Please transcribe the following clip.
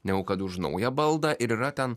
negu kad už naują baldą ir yra ten